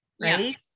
right